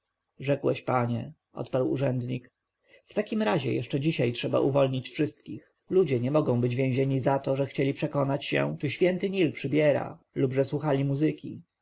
rzekłeś panie odparł urzędnik w takim razie jeszcze dzisiaj trzeba uwolnić wszystkich ludzie nie mogą być więzieni za to że chcieli przekonać się czy święty nil przybiera lub że słuchali muzyki